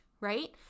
right